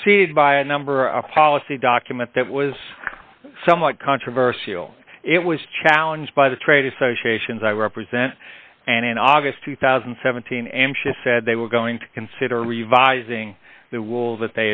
preceded by a number of policy document that was somewhat controversial it was challenged by the trade associations i represent and in august two thousand and seventeen m schiff said they were going to consider revising the rule that